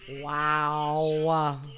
Wow